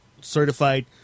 certified